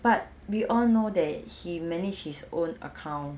but we all know that he manage his own account